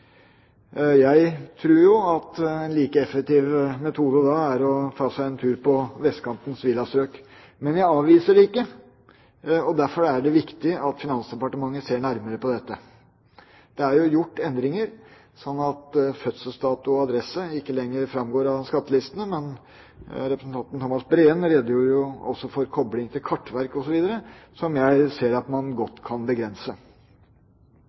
Jeg tror at en like effektiv metode da er å ta seg en tur til vestkantens villastrøk. Men jeg avviser det ikke og mener derfor at det er viktig at Finansdepartementet ser nærmere på dette. Det er jo gjort endringer, slik at fødselsdato og adresse ikke lenger framgår av skattelistene. Men representanten Thomas Breen redegjorde jo også for kobling til Kartverket osv., som jeg ser at man godt kan begrense.